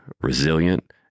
resilient